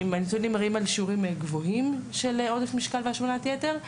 הנתונים מראים על שיעורים גבוהים של עודף משקל והשמנת יתר,